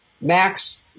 Max